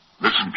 Listen